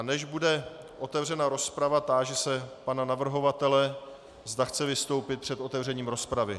Než bude otevřena rozprava, táži se pana navrhovatele, zda chce vystoupit před otevřením rozpravy.